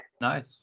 Nice